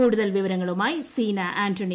കൂടുതൽ വിവരങ്ങളുമായി സീന ആന്റണി